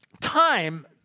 time